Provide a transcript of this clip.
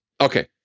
Okay